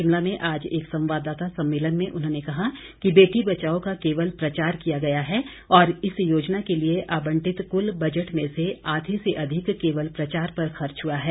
शिमला में आज एक संवाददाता सम्मेलन में उन्होंने कहा कि बेटी बचाओ का केवल प्रचार किया गया है और इस योजना के लिए आबंटित कुल बजट में से आधे से अधिक केवल प्रचार पर खर्च हुआ है